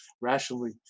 rationally